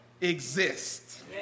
exist